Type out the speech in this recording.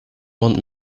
want